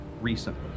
recently